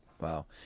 Wow